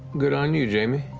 good on you, jamie.